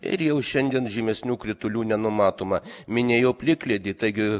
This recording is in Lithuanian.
ir jau šiandien žymesnių kritulių nenumatoma minijo plikledį taigi